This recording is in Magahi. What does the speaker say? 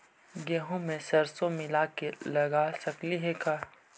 गेहूं मे सरसों मिला के लगा सकली हे का?